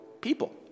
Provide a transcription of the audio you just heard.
people